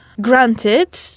Granted